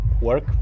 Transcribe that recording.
work